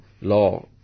law